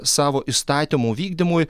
savo įstatymų vykdymui